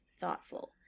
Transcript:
thoughtful